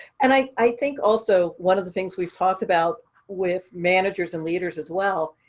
and i i think also, one of the things we've talked about with managers and leaders as well,